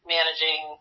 managing